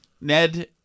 Ned